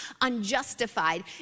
unjustified